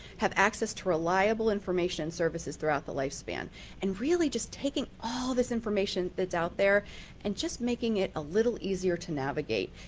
have access to reliable services throughout the lifespan and really just taking all this information that is out there and just making it a little easier to navigate.